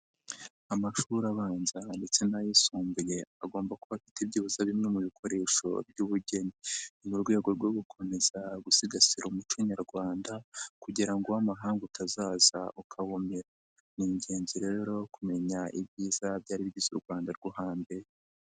Amashuri abanza ndetse n'ayisumbuye agomba kuba afite byibuze bimwe mu bikoresho by'ubugeni, mu rwego rwo gukomeza gusigasira umuco nyarwanda kugira ngo uw'amahanga utazaza ukawumira, ni ingenzi rero kumenya ibyiza byari bigize u Rwanda rwo hambere.